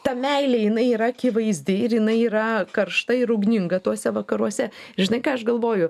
ta meilė jinai yra akivaizdi ir jinai yra karšta ir ugninga tuose vakaruose žinai ką aš galvoju